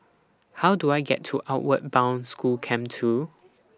How Do I get to Outward Bound School Camp two